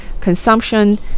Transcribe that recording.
consumption